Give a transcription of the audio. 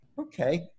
okay